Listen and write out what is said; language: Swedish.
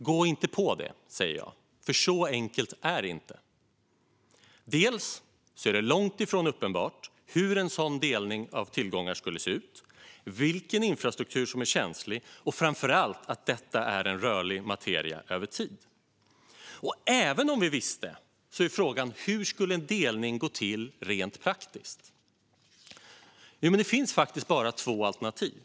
Gå inte på det, säger jag, för så enkelt är det inte. Det är långt ifrån uppenbart hur en sådan delning av tillgångar skulle se ut och vilken infrastruktur som är känslig, och framför allt är detta en rörlig materia över tid. Och även om vi visste är frågan: Hur skulle en delning gå till rent praktiskt? Det finns faktiskt bara två alternativ.